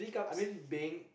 I mean being